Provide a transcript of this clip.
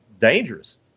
dangerous